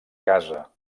casa